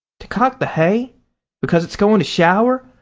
to cock the hay because it's going to shower?